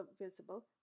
visible